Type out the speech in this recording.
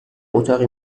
اتاقی